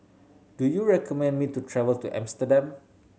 do you recommend me to travel to Amsterdam